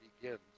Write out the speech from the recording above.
begins